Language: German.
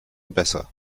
besser